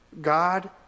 God